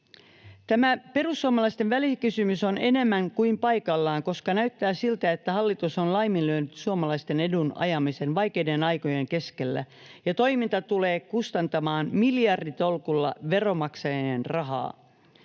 Tämä perussuomalaisten välikysymys on enemmän kuin paikallaan, koska näyttää siltä, että hallitus on laiminlyönyt suomalaisten edun ajamisen vaikeiden aikojen keskellä, ja toiminta tulee kustantamaan miljarditolkulla veronmaksajien rahaa.